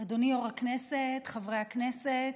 יו"ר הכנסת, חברי הכנסת,